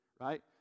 right